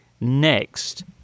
next